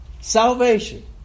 Salvation